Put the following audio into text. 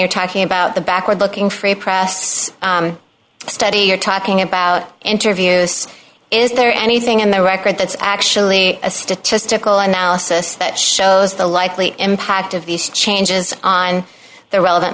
you're talking about the backward looking free press study you're talking about interviews is there anything in the record that's actually a statistical analysis that shows the likely impact of these changes on the relevant